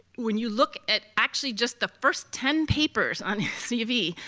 when you look at actually just the first ten papers on cv,